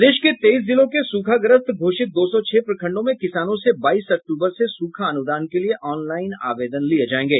प्रदेश के तेईस जिलों के सूखाग्रस्त घोषित दो सौ छह प्रखंडों में किसानों से बाईस अक्टूबर से सूखा अनुदान के लिए ऑनलाईन आवेदन लिये जायेंगे